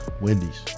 Wendy's